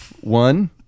One